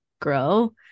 grow